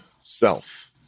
self